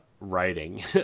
writing